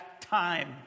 time